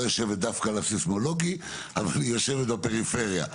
יושבת דווקא על הסיימולוגי אבל היא יושבת בפריפריה,